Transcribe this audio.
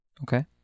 okay